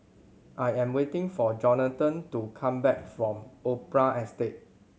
I am waiting for Johnathan to come back from Opera Estate